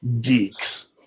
geeks